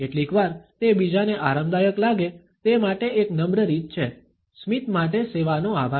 કેટલીકવાર તે બીજાને આરામદાયક લાગે તે માટે એક નમ્ર રીત છે સ્મિત માટે સેવાનો આભાર